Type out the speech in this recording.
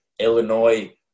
Illinois